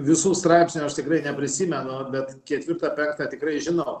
visų straipsnių aš tikrai neprisimenu bet ketvirtą penktą tikrai žinau